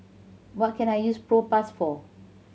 what can I use Propass for